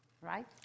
right